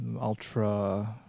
ultra-